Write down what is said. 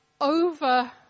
over